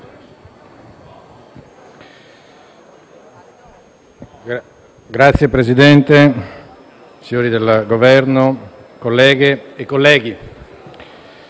Signor Presidente, signori del Governo, colleghe e colleghi,